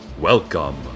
Welcome